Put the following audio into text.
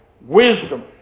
wisdom